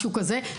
משהו כזה.